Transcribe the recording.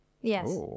Yes